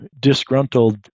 disgruntled